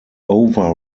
over